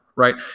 right